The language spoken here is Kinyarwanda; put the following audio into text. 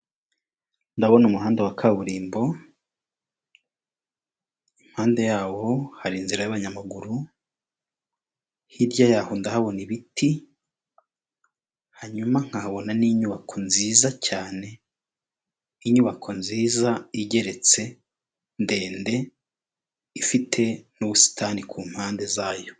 Ndabona umuhanda wa kaburimbo impande yawo hari inzira y'abanyamaguru hirya yaho ndahabona ibiti hanyuma nkabona n'inyubako nziza cyane inyubako nziza igeretse ndende ifite n'ubusitani kumpande zayo.